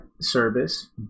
service